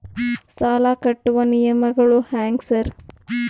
ಸಾಲ ಕಟ್ಟುವ ನಿಯಮಗಳು ಹ್ಯಾಂಗ್ ಸಾರ್?